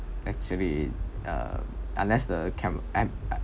actually uh unless the cam~